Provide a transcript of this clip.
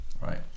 Right